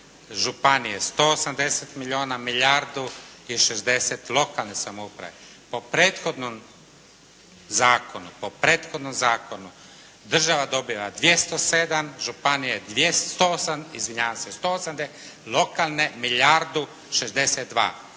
županije 180 milijuna, milijardu i 60 lokalne samouprave. Po prethodnom zakonu država dobiva 207, županije 208, izvinjavam se 108, lokalne milijardu 62